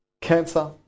cancer